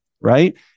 right